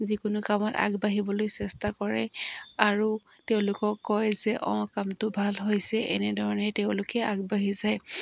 যিকোনো কামত আগবাঢ়িবলৈ চেষ্টা কৰে আৰু তেওঁলোকক কয় যে অঁ কামটো ভাল হৈছে এনেধৰণে তেওঁলোকে আগবাঢ়ি যায়